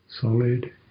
solid